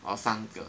or 三个